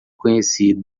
conhecido